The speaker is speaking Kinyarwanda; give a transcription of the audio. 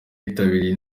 yitabiriye